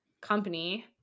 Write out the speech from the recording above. company